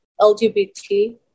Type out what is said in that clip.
LGBT